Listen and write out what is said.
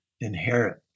inherit